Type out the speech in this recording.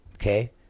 okay